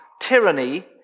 tyranny